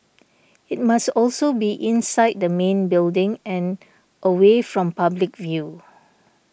it must also be inside the main building and away from public view